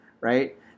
right